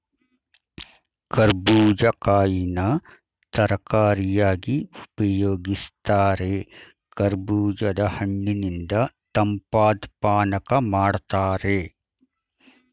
ಕರ್ಬೂಜ ಕಾಯಿನ ತರಕಾರಿಯಾಗಿ ಉಪಯೋಗಿಸ್ತಾರೆ ಕರ್ಬೂಜದ ಹಣ್ಣಿನಿಂದ ತಂಪಾದ್ ಪಾನಕ ಮಾಡ್ತಾರೆ